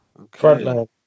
Frontline